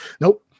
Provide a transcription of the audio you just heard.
Nope